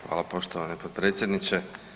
Hvala poštovani potpredsjedniče.